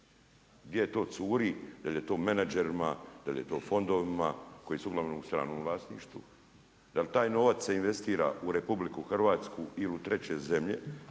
Gdje to curi? Jel' je to menadžerima, da li je to fondovima koji su uglavnom u stranom vlasništvu? Da li taj novac se investira u RH ili u treće zemlje